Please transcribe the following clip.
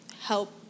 help